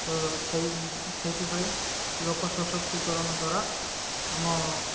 ତ ସେଇ ସେଇଥିପାଇଁ ଲୋକ ସଶକ୍ତିକରଣ ଦ୍ୱାରା ଆମ